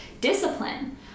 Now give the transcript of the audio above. discipline